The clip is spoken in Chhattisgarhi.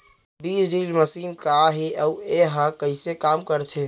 बीज ड्रिल मशीन का हे अऊ एहा कइसे काम करथे?